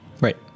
Right